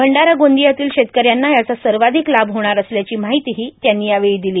भंडारा गोंदियातील शेतकऱ्यांना याचा सर्वाधिक लाभ होणार असल्याची माहिती ही त्यांनी यावेळी दिली